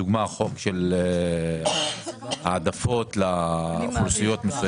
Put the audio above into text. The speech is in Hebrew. לדוגמה החוק של העדפות לאוכלוסיות מסוימות?